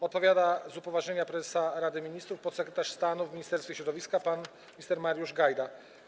Odpowiada z upoważnienia prezesa Rady Ministrów podsekretarz stanu w Ministerstwie Środowiska pan minister Mariusz Gajda.